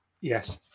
Yes